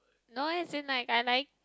no as in like I like